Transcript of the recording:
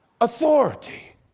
authority